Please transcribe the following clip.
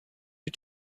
you